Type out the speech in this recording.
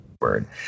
Word